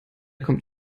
kommt